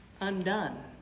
undone